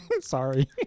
Sorry